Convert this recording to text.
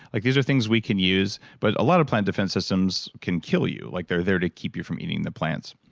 like these are things that we can use, but a lot of plant defense systems can kill you. like they're there to keep you from eating the plants